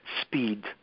speed